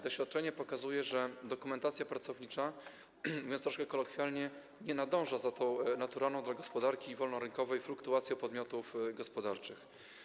Doświadczenie pokazuje, że dokumentacja pracownicza, mówiąc troszkę kolokwialnie, nie nadąża za tą naturalną dla gospodarki wolnorynkowej fluktuacją podmiotów gospodarczych.